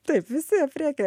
taip visi aprėkia